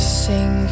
sing